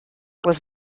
was